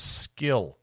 skill